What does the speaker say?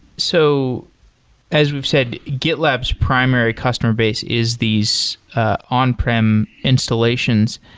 so as we've said, gitlab's primary customer base is these ah on-prem installations.